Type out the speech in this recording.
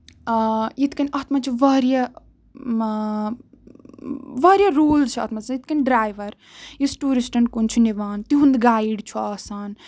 آ یِتھۍ کَنۍ اَتھ منٛز چھُ واریاہ واریاہ روٗلٕز چھِ اَتھ منٛز یتھ کنۍ ڈرایور یُس ٹوٗرِسٹن کُن چھُ نِوان تِہُند گَیِڈ چھُ آسان